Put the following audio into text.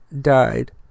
died